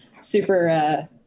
super